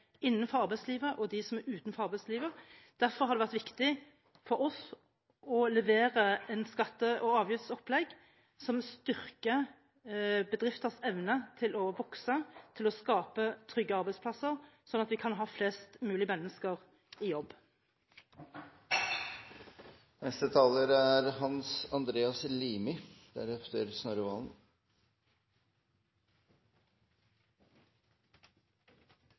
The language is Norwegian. innenfor arbeidslivet og dem som er utenfor arbeidslivet. Derfor har det vært viktig for oss å levere et skatte- og avgiftsopplegg som styrker bedrifters evne til å vokse og skape trygge arbeidsplasser, slik at vi kan ha flest mulig mennesker i jobb. Jeg sa i mitt hovedinnlegg at skattedebattene – i hvert fall i denne salen og i Norge – er